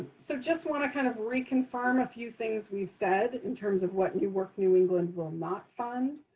so just want to kind of reconfirm a few things we've said, in terms of what new work new england will not fund.